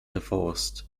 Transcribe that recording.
divorced